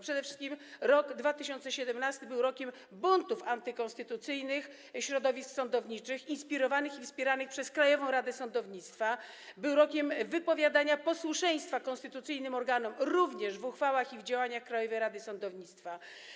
Przede wszystkim rok 2017 był rokiem buntów antykonstytucyjnych środowisk sądowniczych inspirowanych i wspieranych przez Krajową Radę Sądownictwa, był rokiem wypowiadania posłuszeństwa konstytucyjnym organom, również w uchwałach i w działaniach Krajowej Rady Sądownictwa.